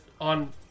on